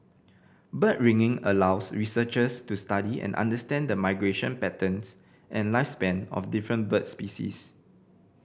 bird ringing allows researchers to study and understand the migration patterns and lifespan of different bird species